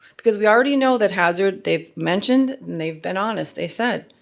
because we already know that hazard, they've mentioned, and and they've been honest they've said,